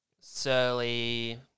surly